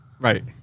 Right